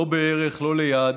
לא בערך, לא ליד,